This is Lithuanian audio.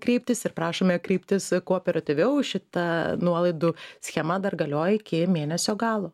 kreiptis ir prašome kreiptis kuo operatyviau šita nuolaidų schema dar galioja iki mėnesio galo